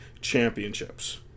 Championships